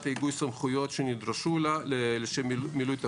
ההיגוי סמכויות שנדרשו לה לשם מילוי תפקידה,